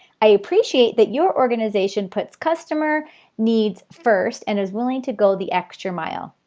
i appreciate that your organization puts customer needs first and is willing to go the extra mile.